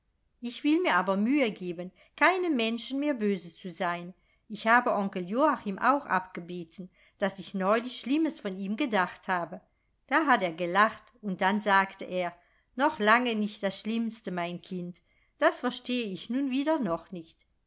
ich will mir aber mühe geben keinem menschen mehr böse zu sein ich habe onkel joachim auch abgebeten daß ich neulich schlimmes von ihm gedacht habe da hat er gelacht und dann sagte er noch lange nicht das schlimmste mein kind das verstehe ich nun wieder noch nicht